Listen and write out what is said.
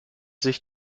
sich